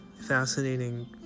fascinating